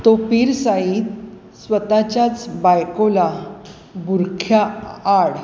तो पीर साईद स्वत च्याच बायकोला बुरख्याआड